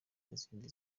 n’izindi